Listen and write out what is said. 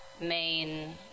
main